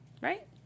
Right